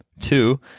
two